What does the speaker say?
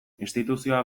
instituzioa